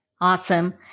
Awesome